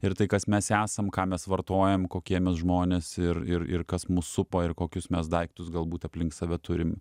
ir tai kas mes esam ką mes vartojam kokie mes žmonės ir ir ir kas mus supa ir kokius mes daiktus galbūt aplink save turim